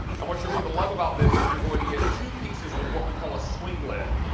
and what you are going to love about this is you are going to get two pieces with what we call a swing lid.